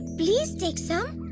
please take some!